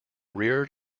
reared